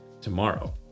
tomorrow